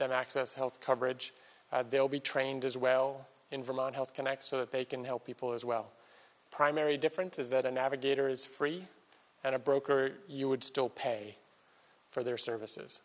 them access health coverage they'll be trained as well in vermont health connect so that they can help people as well primary different is that a navigator is free and a broker you would still pay for their services